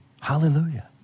Hallelujah